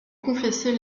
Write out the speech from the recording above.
confesser